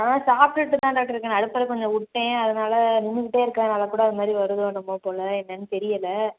அதான் சாப்பிட்டுட்டு தான் டாக்டர் இருக்கேன் நடுப்பர கொஞ்சம் விட்டேன் அதனால நின்றுக்கிட்டே இருக்கிறதுனால கூட அதுமாதிரி வருதோ என்னமோ போல் என்னென்னு தெரியலை